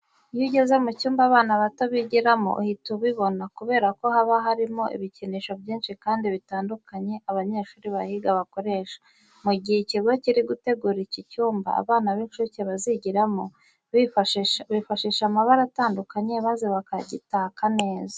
Iyo ugeze mu cyumba abana bato bigiramo uhita ubibona kubera ko haba harimo ibikinisho byinshi kandi bitandukanye abanyeshuri bahiga bakoresha. Mu gihe ikigo kiri gutegura iki cyumba abana b'incuke bazigiramo, bifashisha amabara atandukanye maze bakagitaka neza.